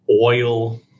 Oil